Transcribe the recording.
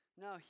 No